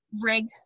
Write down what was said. rig